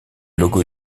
logo